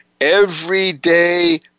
everyday